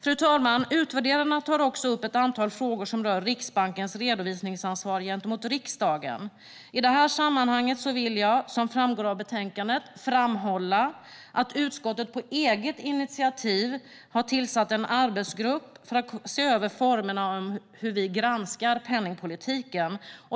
Fru talman! Utvärderarna tar också upp ett antal frågor som rör Riksbankens redovisningsansvar gentemot riksdagen. I detta sammanhang vill jag, som framgår av betänkandet, framhålla att utskottet på eget initiativ under 2015 tillsatte en arbetsgrupp för att se över formerna för hur vi granskar penningpolitiken.